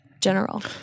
general